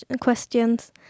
questions